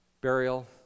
Burial